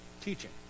teaching